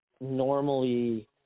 normally